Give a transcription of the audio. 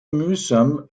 mühsam